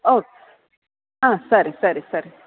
ಓ ಹಾಂ ಸರಿ ಸರಿ ಸರಿ